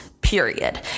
period